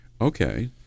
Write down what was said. Okay